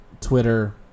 Twitter